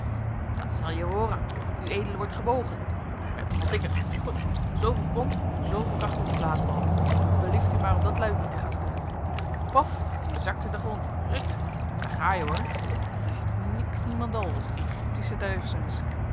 dat zel je hooren ue wordt gewogen je bent nog al dikkig goed zooveel pond zooveel kracht op de blaasbalk belieft u maar op dat luikie te gaan staan pof je zakt in de grond ruut daar ga je hoor je ziet niks niemendal as egyptische duisternis